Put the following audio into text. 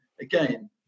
again